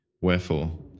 Wherefore